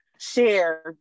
share